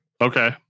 Okay